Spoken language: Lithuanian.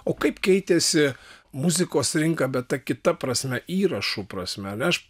o kaip keitėsi muzikos rinka bet ta kita prasme įrašų prasme aš